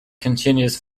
continuous